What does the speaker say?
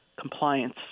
compliance